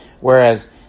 whereas